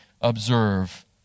observe